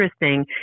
interesting